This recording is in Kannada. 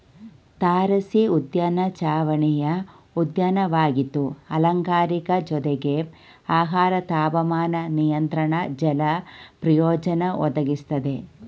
ತಾರಸಿಉದ್ಯಾನ ಚಾವಣಿಯ ಉದ್ಯಾನವಾಗಿದ್ದು ಅಲಂಕಾರಿಕ ಜೊತೆಗೆ ಆಹಾರ ತಾಪಮಾನ ನಿಯಂತ್ರಣ ಜಲ ಪ್ರಯೋಜನ ಒದಗಿಸ್ತದೆ